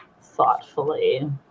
thoughtfully